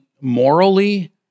morally